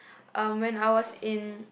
um when I was in